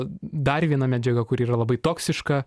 dar viena medžiaga kuri yra labai toksiška